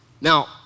Now